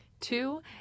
Two